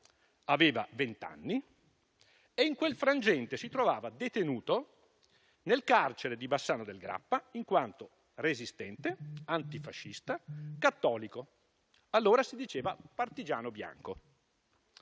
aveva vent'anni e, in quel frangente, si trovava detenuto nel carcere di Bassano del Grappa, in quanto resistente antifascista cattolico (allora si diceva "partigiano bianco").